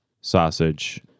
sausage